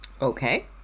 okay